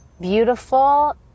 beautiful